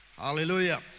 Hallelujah